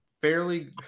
fairly